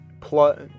plus